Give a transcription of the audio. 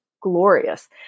glorious